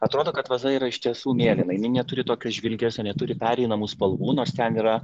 atrodo kad vaza yra iš tiesų mėlyna jinai neturi tokio žvilgesio neturi pereinamų spalvų nors ten yra